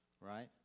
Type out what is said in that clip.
right